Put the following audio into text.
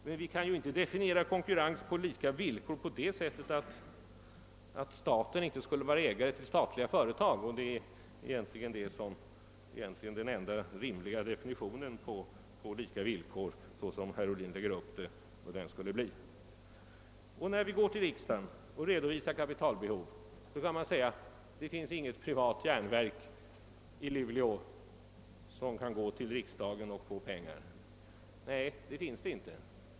Men vi kan ju inte definiera konkurrens på lika villkor på det sättet att staten inte skulle vara ägare till statliga företag — och detta är egentligen den enda rimliga definitionen på lika villkor så som herr Ohlin lägger upp resonemanget. När vi går till riksdagen och redovisar kapitalbehov kan man säga att det inte finns nå got privat järnverk i Luleå som kan vända sig till riksdagen för att få pengar. Nej, det finns det inte.